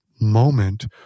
moment